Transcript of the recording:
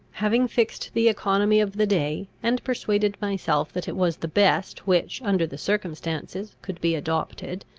having fixed the economy of the day, and persuaded myself that it was the best which, under the circumstances, could be adopted,